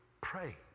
pray